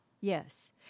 Yes